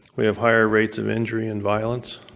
we have higher rates of injury and violence.